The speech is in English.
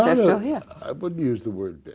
ah so yeah i would use the word